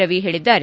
ರವಿ ಹೇಳಿದ್ದಾರೆ